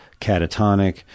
catatonic